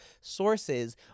sources